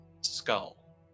skull